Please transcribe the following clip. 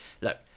look